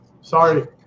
Sorry